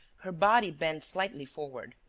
her body bent slightly forward.